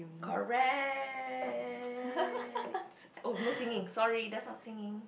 correct oh no singing sorry that's not singing